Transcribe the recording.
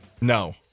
No